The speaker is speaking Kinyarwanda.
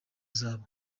zabo